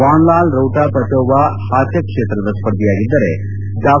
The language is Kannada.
ವಾನ್ಲಾಲ್ ರೌಟಾ ಪಾಚೌವ ಹಾಚ್ಹೆಕ್ ಕ್ಷೇತ್ರದ ಸ್ಪರ್ಧಿಯಾಗಿದ್ದರೆ ಡಾ